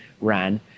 ran